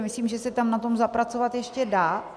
Myslím, že se tam na tom zapracovat ještě dá.